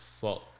fuck